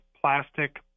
plastic